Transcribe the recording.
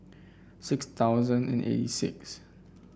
six thousand and eight six